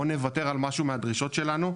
או נוותר על משהו מהדרישות שלנו,